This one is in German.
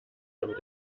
damit